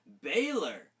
Baylor